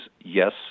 yes